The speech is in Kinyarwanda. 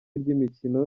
ry’imikino